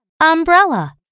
Umbrella